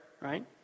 right